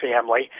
family